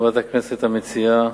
חברת הכנסת המציעה,